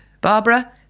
Barbara